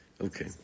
okay